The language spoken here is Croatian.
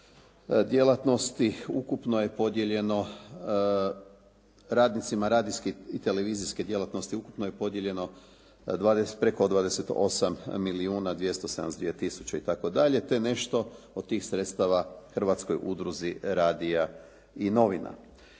djelatnosti ukupno je podijeljeno radnicima radijske i televizijske djelatnosti ukupno je podijeljeno preko 28 milijuna 272 tisuće i tako dalje te nešto od tih sredstava Hrvatskoj udruzi radija i novina.